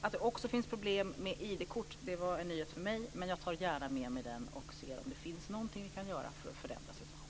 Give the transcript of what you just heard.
Att det också finns problem med att få ID-kort var en nyhet för mig, men jag tar gärna med mig den frågan för att se om det finns någonting vi kan göra för att förändra situationen.